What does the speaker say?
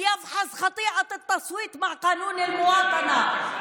שיבדוק את חטא ההצבעה בעד חוק האזרחות,